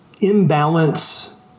imbalance